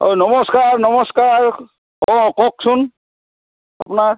ঐ নমস্কাৰ নমস্কাৰ অ' কওকচোন আপোনাৰ